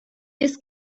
this